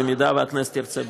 במידה שהכנסת תרצה בזה.